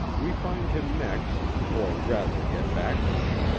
we find him next, or rather get back to him,